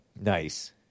Nice